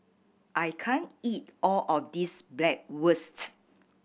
I can't eat all of this Bratwurst